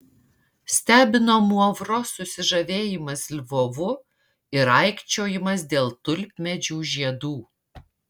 stebino muavro susižavėjimas lvovu ir aikčiojimas dėl tulpmedžių žiedų